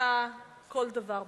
שכילתה כל דבר בדרכה.